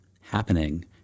happening